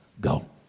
go